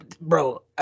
bro